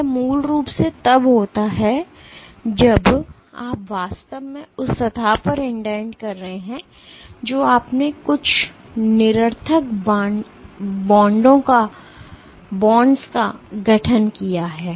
यह मूल रूप से तब होता है जब आप वास्तव में उस सतह पर इंडेंट करते हैं जो आपने कुछ निरर्थक बांडों का गठन किया है